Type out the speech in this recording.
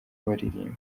baririmba